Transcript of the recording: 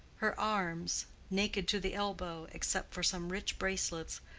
her arms, naked to the elbow, except for some rich bracelets,